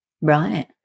Right